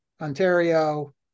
Ontario